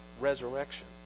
resurrection